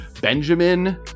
Benjamin